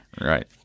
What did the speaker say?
right